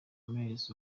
moyes